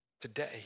Today